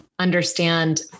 understand